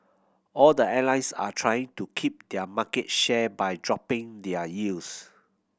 all the airlines are trying to keep their market share by dropping their yields